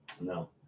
No